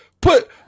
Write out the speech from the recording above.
Put